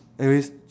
and it's